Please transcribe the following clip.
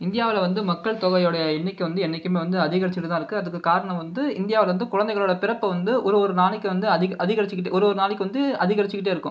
இந்தியாவில் வந்து மக்கள் தொகையோட எண்ணிக்கை வந்து என்னிக்குமே வந்து அதிகரிச்சிட்டு தான் இருக்கு அதுக்கு காரணோம் வந்து இந்தியாவில் வந்து குழந்தைங்களோட பிறப்பு வந்து ஒரு ஒரு நாளைக்கு வந்து அதி அதிகரிச்சிகிட்டே ஒரு ஒரு நாளைக்கு வந்து அதிகரிச்சிகிட்டே இருக்கும்